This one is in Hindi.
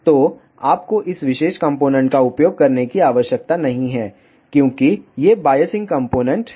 तो आपको इस विशेष कॉम्पोनेन्ट का उपयोग करने की आवश्यकता नहीं है क्योंकि ये बाइसिंग कॉम्पोनेन्ट हैं